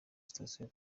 sitasiyo